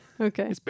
Okay